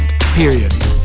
Period